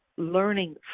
learning